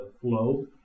flow